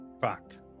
Fact